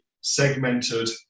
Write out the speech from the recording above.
segmented